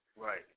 Right